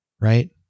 Right